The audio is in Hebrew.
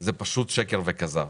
זה פשוט שקר וכזב.